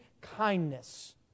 kindness